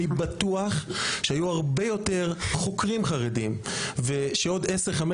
אני בטוח שהיו הרבה יותר חוקרים חרדים ושעוד כ-10-15